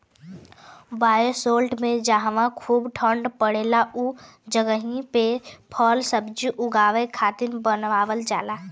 bioshelter में जहवा खूब ठण्डा पड़ेला उ जगही पे फलसब्जी उगावे खातिर बनावल जाला